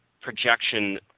projection